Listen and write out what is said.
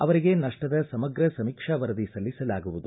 ಅವರಿಗೆ ನಷ್ಟದ ಸಮಗ್ರ ಸಮೀಕ್ಷಾ ವರದಿ ಸಲ್ಲಿಸಲಾಗುವುದು